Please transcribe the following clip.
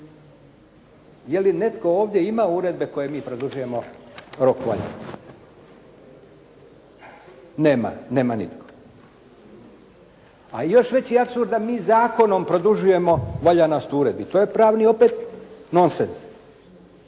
Je li netko ovdje ima uredbe koje mi produžujemo rok valjanosti? Nema, nema nitko. A još veći apsurd da mi zakonom produžujemo valjanost uredbi, to je pravi opet nonsens.